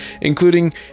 including